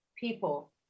people